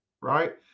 right